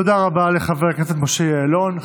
תודה רבה לחבר הכנסת משה יעלון.